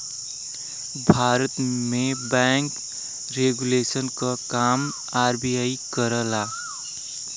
भारत में bank regulation क काम आर.बी.आई करला